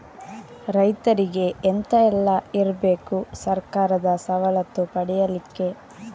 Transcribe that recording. ರೈತರಿಗೆ ಎಂತ ಎಲ್ಲ ಇರ್ಬೇಕು ಸರ್ಕಾರದ ಸವಲತ್ತು ಪಡೆಯಲಿಕ್ಕೆ?